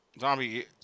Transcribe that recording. Zombie